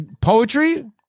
Poetry